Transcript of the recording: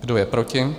Kdo je proti?